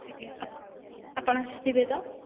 ଆଜ୍ଞା ଆପଣ ଆସିଥିବେ ତ